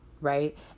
right